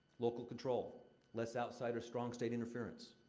local control less outsider, strong state interference.